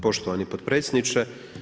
Poštovani potpredsjedniče.